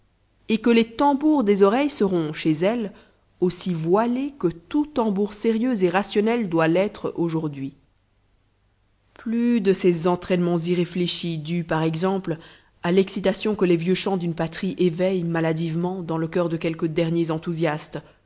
et que les tambours des oreilles seront chez elle aussi voilés que tout tambour sérieux et rationnel doit l'être aujourd'hui plus de ces entraînements irréfléchis dus par exemple à l'excitation que les vieux chants d'une patrie éveillent maladivement dans le cœur de quelques derniers enthousiastes